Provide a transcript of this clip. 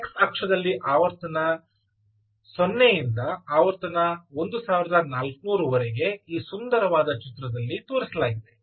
X ಅಕ್ಷದಲ್ಲಿ ಆವರ್ತನ 0 ರಿಂದ ಆವರ್ತನ 1400 ವರೆಗೆ ಈ ಸುಂದರವಾದ ಚಿತ್ರದಲ್ಲಿ ತೋರಿಸಲಾಗಿದೆ